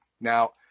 Now